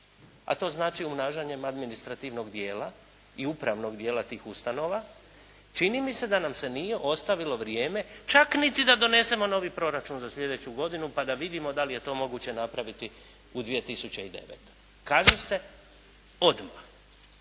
a to znači umnažanjem administrativnog dijela i upravnog dijela tih ustanova. Čini mi se da nam se nije ostavilo vrijeme čak niti da donesemo novi proračun za slijedeću godinu pa da vidimo da li je to moguće napraviti u 2009. godini. Kaže se odmah.